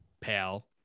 pal